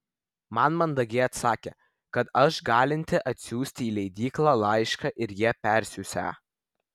man mandagiai atsakė kad aš galinti atsiųsti į leidyklą laišką ir jie persiųsią